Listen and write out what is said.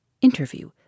Interview